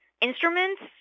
instruments